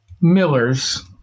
Miller's